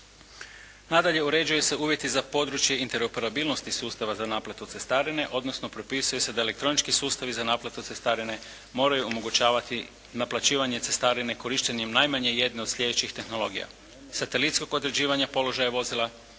Nadalje, uređuju se uvjeti za područje interoperabilnosti sustava za naplatu cestarine odnosno propisuje se da elektronički sustavi za naplatu cestarine moraju omogućavati naplaćivanje cestarine korištenjem najmanje jedne od sljedećih tehnologija: satelitskog određivanja položaja vozila,